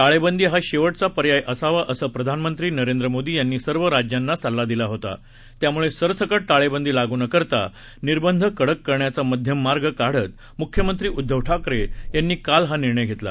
टाळेबंदी हा शेवटचा पर्याय असावा असं प्रधानमंत्री नरेंद्र मोदी यांनी सर्व राज्यांना सल्ला दिला होता त्यामुळे सरसकट टाळेबंदी लागू न करता निर्बंध कडक करण्याचा मध्यम मार्ग काढत मुख्यमंत्री उद्दव ठाकरे यांनी काल हा निर्णय घेतला